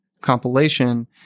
compilation